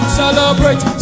celebrate